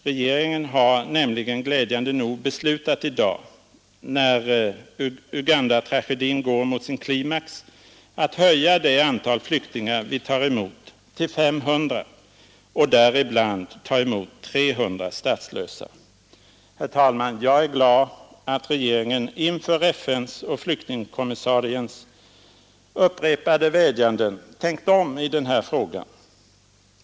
Regeringen har nämligen glädjande nog beslutat i dag när Ugandatragedin går mot sin klimax, att höja det antal flyktingar vi tar emot till 500, däribland 300 statslösa. Herr talman! Jag är glad att regeringen inför FN:s och flyktingkommissariens upprepade vädjanden tänkt om i den här frågan.